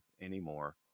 anymore